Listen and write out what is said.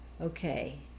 Okay